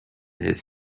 his